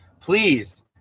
please